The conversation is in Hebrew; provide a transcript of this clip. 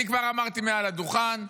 אני כבר אמרתי מעל הדוכן: